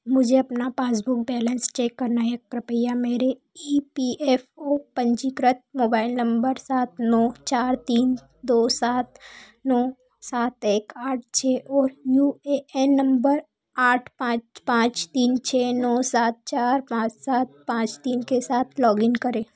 मुझे अपना passbook balance check करना है कृपया मेरे ई पी एफ़ ओ पंजीकृत मोबाइल नम्बर सात नौ चार तीन दो सात नौ सात एक आठ छः और यू ए एन नम्बर आठ पाँच पाँच तीन छः नौ सात चार पाँच सात पाँच तीन के साथ लॉगिन करें